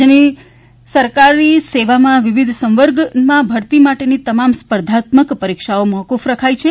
રાજ્યની સરકારની સેવામાં વિવિધ સંવર્ગમાં ભરતી માટેની તમામ સ્પર્ધાત્મક પરીક્ષાઓ મોકુફ રખાઇ છે